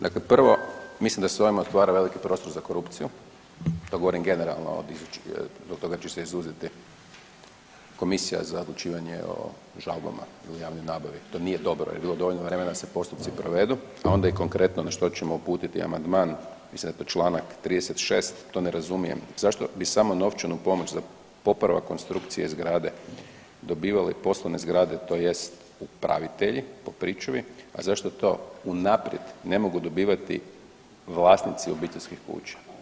Dakle, prvo mislim da se ovim otvara veliki prostor za korupciju, to govorim generalno zbog toga ću se izuzeti, komisija za odlučivanje o žalbama u javnoj nabavi, to nije dobro jer je bilo dovoljno vremena da se postupci provedu, a onda i konkretno na što ćemo uputiti amandman, mislim da je to Članak 36., to ne razumijem zašto bi samo novčanu pomoć za popravak konstrukcije zgrade dobivale poslovne zgrade tj. upravitelji u pričuvi, a zašto to unaprijed ne mogu dobivati vlasnici obiteljskih kuća.